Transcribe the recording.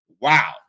Wow